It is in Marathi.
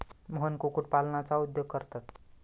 मोहन कुक्कुटपालनाचा उद्योग करतात